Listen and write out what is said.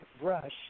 brush